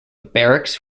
barracks